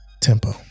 Tempo